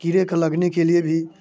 कीड़े के लगने के लिए भी